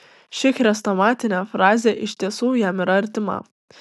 ši chrestomatinė frazė iš tiesų jam yra artima